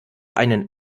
einen